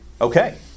Okay